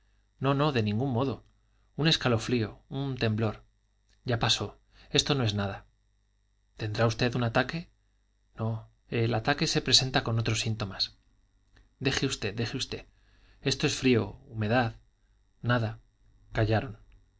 no no de ningún modo un escalofrío un temblor ya pasó esto no es nada tendrá usted un ataque no el ataque se presenta con otros síntomas deje usted deje usted esto es frío humedad nada callaron